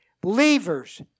Believers